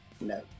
no